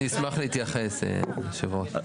אני אשמח להתייחס, אדוני יושב הראש.